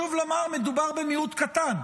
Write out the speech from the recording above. וחשוב לומר, מדובר במיעוט קטן,